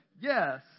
yes